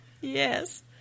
Yes